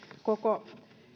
koko